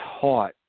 taught